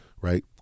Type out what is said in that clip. right